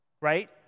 right